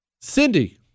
Cindy